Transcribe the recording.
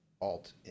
alt